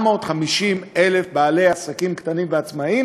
450,000 בעלי עסקים קטנים ועצמאים